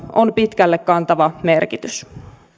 on pitkälle kantava merkitys